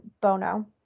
Bono